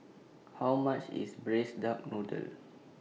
How much IS Braised Duck Noodle